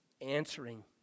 answering